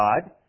God